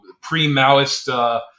pre-Maoist